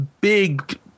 big